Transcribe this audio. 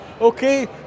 Okay